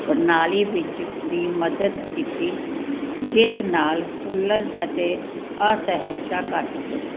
ਪ੍ਰਣਾਲੀ ਵਿੱਚ ਵੀ ਮਦਦ ਕੀਤੀ ਜਿਸ ਨਾਲ ਫੂਲਨ ਅਤੇ ਅਸਹਿਜਤਾ ਘੱਟ ਹੋਈ